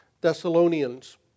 Thessalonians